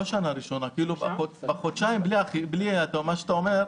לא שנה אלא חודשיים בלי אכיפה.